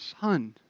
Son